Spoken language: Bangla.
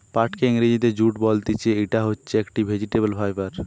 পাটকে ইংরেজিতে জুট বলতিছে, ইটা হচ্ছে একটি ভেজিটেবল ফাইবার